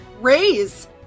raise